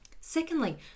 Secondly